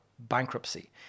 bankruptcy